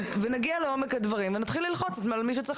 נגיע לעומק הדברים ונתחיל ללחוץ על מי שצריך